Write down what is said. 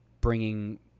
bringing